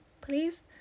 Please